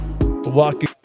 walking